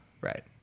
right